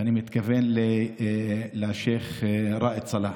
ואני מתכוון לשייח' ראאד סלאח,